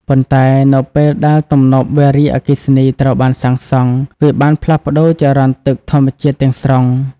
ប៉ុន្តែនៅពេលដែលទំនប់វារីអគ្គិសនីត្រូវបានសាងសង់ វាបានផ្លាស់ប្ដូរចរន្តទឹកធម្មជាតិទាំងស្រុង។